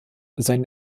sein